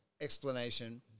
explanation